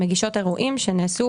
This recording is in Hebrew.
מגישות אירועים שנעשו